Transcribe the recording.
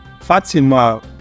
Fatima